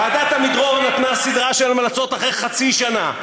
ועדת עמידרור נתנה סדרה של המלצות אחרי חצי שנה,